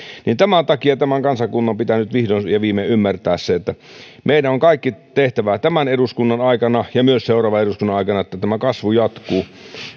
tämän takia tämän kansakunnan pitää nyt vihdoin ja viimein ymmärtää se että meidän on kaikki tehtävä tämän eduskunnan aikana ja myös seuraavan eduskunnan aikana että tämä kasvu jatkuu